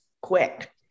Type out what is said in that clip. quick